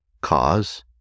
cause